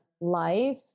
life